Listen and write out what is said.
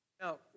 Now